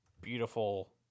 beautiful